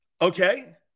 okay